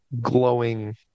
glowing